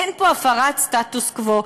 אין פה הפרת סטטוס קוו.